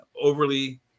overly